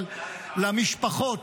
אבל למשפחות,